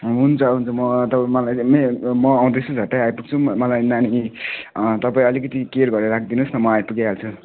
हुन्छ हुन्छ म तपाईँ मलाई मे म आउँदैछु झट्टै आइपुग्छु मलाई नानी तपाईँ अलिकति केयर गरेर राखिदिनु होस् न म आइपुगी हाल्छु